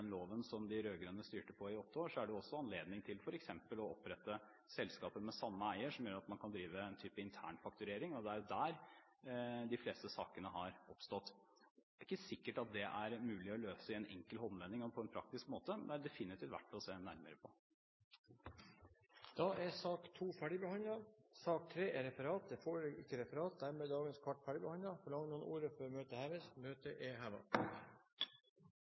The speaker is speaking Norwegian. styrte etter i åtte år, er det også anledning til f.eks. å opprette selskaper med samme eier, som gjør at man kan drive en type internfakturering. Det er jo der de fleste sakene har oppstått. Det er ikke sikkert at det er mulig å løse i en enkel håndvending og på en praktisk måte, men det er definitivt verdt å se nærmere på. Dermed er sak nr. 2 ferdigbehandlet. Det foreligger ikke noe referat. Dermed er dagens kart ferdigbehandlet. Forlanger noen ordet før møtet heves? – Møtet er